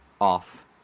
off